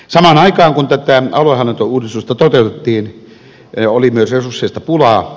samaan aikaan kun tätä aluehallintouudistusta toteutettiin oli myös resursseista pulaa